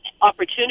opportunity